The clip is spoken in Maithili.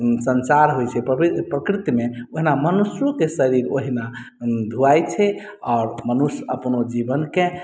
सँञ्चार होइत छै जेना प्रवृ प्रकृतिमे ओहिना मनुष्योके शरीर ओहिना धुआय छै आओर मनुष्य अपना जीवनकेँ